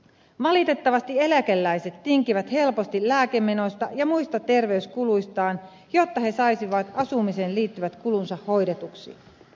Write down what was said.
valitettavasti eläkeläiset tinkivät helposti lääkemenoista ja muista terveyskuluistaan jotta he saisivat asumiseen liittyvät kulunsa hoidetuiksi